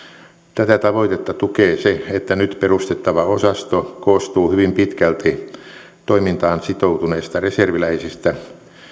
tätä tavoitetta tukee se että nyt perustettava osasto koostuu hyvin pitkälti toimintaan sitoutuneista reserviläisistä